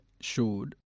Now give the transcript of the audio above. showed